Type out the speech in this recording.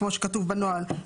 כמו שכתוב בנוהל,